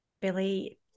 billy